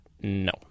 No